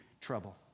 trouble